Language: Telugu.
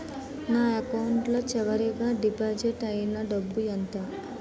నా అకౌంట్ లో చివరిగా డిపాజిట్ ఐనా డబ్బు ఎంత?